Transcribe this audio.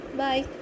bye